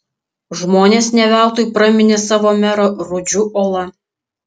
žmonės ne veltui praminė savo merą rudžiu uola